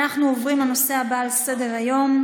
נעבור להצעות הבאות לסדר-היום,